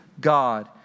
God